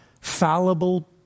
fallible